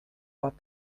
what